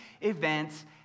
events